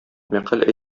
мәкаль